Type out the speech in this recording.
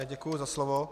Děkuji za slovo.